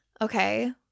okay